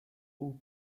aux